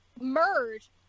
merge